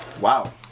Wow